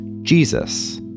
Jesus